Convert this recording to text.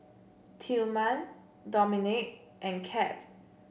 Tillman Dominique and Cap